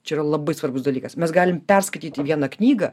čia yra labai svarbus dalykas mes galim perskaityti vieną knygą